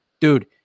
Dude